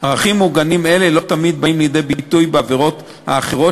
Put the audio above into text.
ערכים מוגנים אלה לא תמיד באים לידי ביטוי בעבירות האחרות